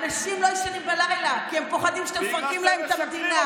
אנשים לא ישנים בלילה כי הם פוחדים שאתם מפרקים להם את המדינה.